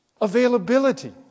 Availability